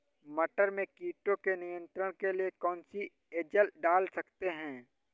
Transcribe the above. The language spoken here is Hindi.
मटर में कीटों के नियंत्रण के लिए कौन सी एजल डाल सकते हैं?